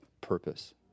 purpose